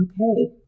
Okay